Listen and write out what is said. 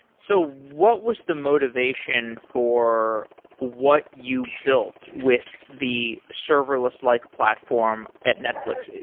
so what was the motivation for what you built with the serverless-like platform at netflix?